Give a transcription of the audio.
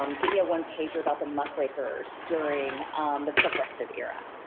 um give me a one-pager about the muckrakers during the progressive era.